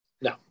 no